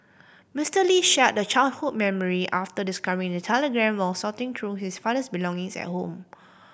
Mister Lee shared the childhood memory after discovering the telegram while sorting through his father's belonging at home